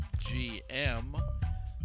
GM